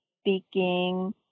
speaking